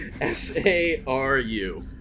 S-A-R-U